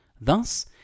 Thus